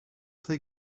play